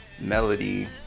Melody